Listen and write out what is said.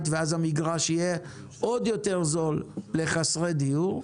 ואז המגרש יהיה עוד יותר זול לחסרי דיור.